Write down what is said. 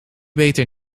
beter